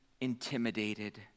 intimidated